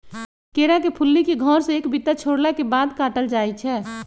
केरा के फुल्ली के घौर से एक बित्ता छोरला के बाद काटल जाइ छै